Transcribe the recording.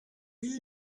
you